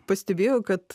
pastebėjau kad